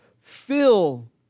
fill